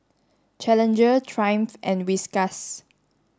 Challenger Triumph and Whiskas